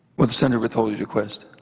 would the senator withhold his request?